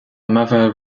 mother